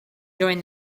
join